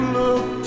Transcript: look